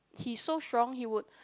he so strong he would